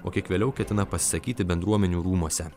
o kiek vėliau ketina pasisakyti bendruomenių rūmuose